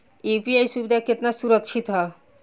UPI सुविधा केतना सुरक्षित ह?